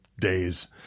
days